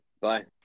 bye